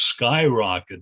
skyrocketed